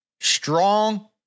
Strong